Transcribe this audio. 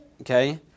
okay